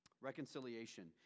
Reconciliation